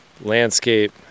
landscape